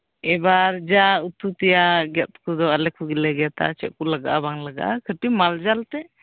ᱮᱵᱟᱨ ᱡᱟ ᱩᱛᱩ ᱛᱮᱭᱟᱜ ᱜᱮᱫ ᱠᱚᱫᱚ ᱟᱞᱮ ᱠᱚᱜᱮ ᱞᱮ ᱜᱮᱫᱟ ᱪᱮᱫ ᱠᱚ ᱞᱟᱜᱟᱜᱼᱟ ᱵᱟᱝ ᱞᱟᱜᱟᱜᱼᱟ ᱠᱟᱴᱤᱜ ᱢᱟᱞ ᱡᱟᱞ ᱛᱮ